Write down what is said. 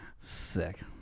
Sick